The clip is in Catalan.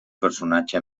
personatge